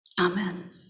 Amen